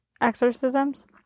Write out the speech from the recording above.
exorcisms